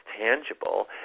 tangible